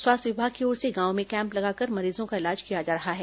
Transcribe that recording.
स्वास्थ्य विभाग की ओर से गांव में कैम्प लगाकर मरीजों का इलाज किया जा रहा है